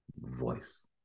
voice